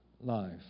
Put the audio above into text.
life